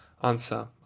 Answer